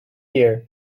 year